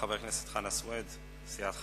חבר הכנסת חנא סוייד מסיעת חד"ש,